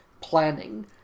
planning